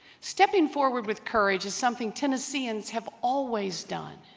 stepping forward with courage is something tennesseans have always done